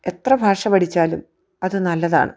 എത്ര ഭാഷ പഠിച്ചാലും അത് നല്ലതാണ്